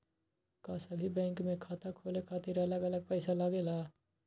का सभी बैंक में खाता खोले खातीर अलग अलग पैसा लगेलि?